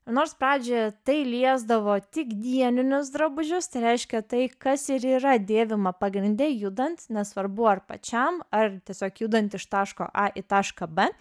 nors pradžioje tai liesdavo tik dieninius drabužius tai reiškia tai kas ir yra dėvima pagrinde judant nesvarbu ar pačiam ar tiesiog judant iš taško a į tašką b